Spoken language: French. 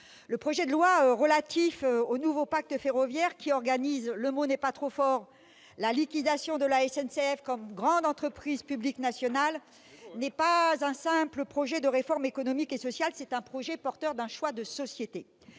Le projet de loi relatif au nouveau pacte ferroviaire, qui organise- le mot n'est pas trop fort -la liquidation de la SNCF comme grande entreprise publique nationale n'est pas un simple projet de réforme économique et sociale : c'est un projet porteur d'un choix de société.